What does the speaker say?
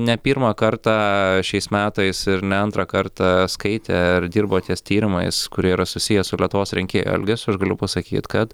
ne pirmą kartą šiais metais ir antrą kartą skaitė ir dirbo ties tyrimais kurie yra susiję su lietuvos rinkėjų elgesiu aš galiu pasakyt kad